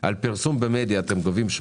על פרסום במדיה 8%,